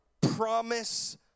promise